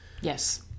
Yes